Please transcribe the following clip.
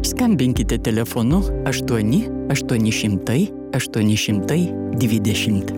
skambinkite telefonu aštuoni aštuoni šimtai aštuoni šimtai dvidešimt